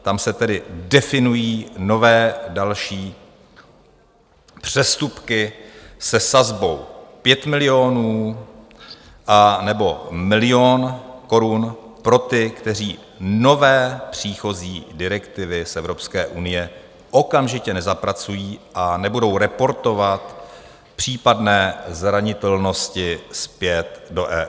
Tam se tedy definují nové další přestupky se sazbou 5 milionů nebo milion korun pro ty, kteří nové příchozí direktivy z Evropské unie okamžitě nezapracují a nebudou reportovat případné zranitelnosti zpět do EU.